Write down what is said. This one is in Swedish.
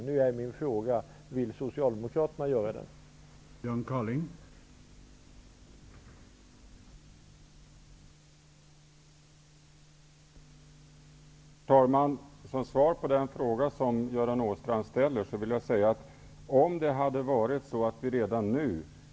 Nu är min fråga: Vill socialdemokraterna göra en sådan?